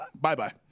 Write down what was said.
bye-bye